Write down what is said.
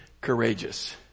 courageous